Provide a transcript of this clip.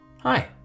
Hi